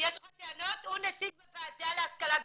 הוא נציג בוועדה להשכלה גבוהה.